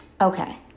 okay